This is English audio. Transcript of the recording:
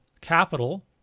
capital